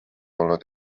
olnud